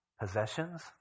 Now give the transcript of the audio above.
possessions